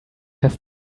have